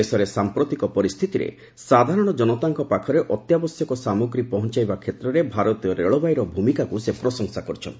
ଦେଶରେ ସାଂପ୍ରତିକ ପରିସ୍ଥିତିରେ ସାଧାରଣ ଜନତାଙ୍କ ପାଖରେ ଅତ୍ୟାବଶ୍ୟକ ସାମଗ୍ରୀ ପହଞ୍ଚାଇବା କ୍ଷେତ୍ରରେ ଭାରତୀୟ ରେଳବାଇ ଟିମ୍ର ଭୂମିକାକୁ ସେ ପ୍ରଶଂସା କରିଛନ୍ତି